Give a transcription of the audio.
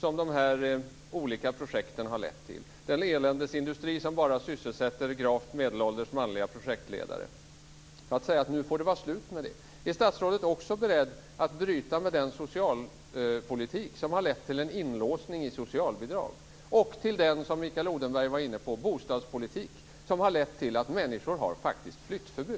som dessa olika projekt har lett till, den eländesindustri som bara sysselsätter gravt medelålders manliga projektledare, och säga att det nu får vara slut med detta? Är statsrådet också beredd att bryta med den socialpolitik som har lett till en inlåsning i socialbidrag och med den, som Mikael Odenberg var inne på, bostadspolitik som har lett till att människor faktiskt har flyttförbud?